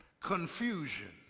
confusion